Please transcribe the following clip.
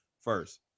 first